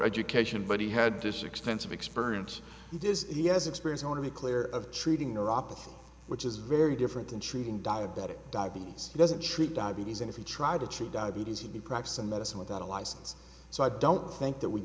education but he had this extensive experience he does he has experience only clear of treating neuropathy which is very different than treating diabetic diabetes doesn't treat diabetes and if you try to treat diabetes in the practice of medicine without a license so i don't think that w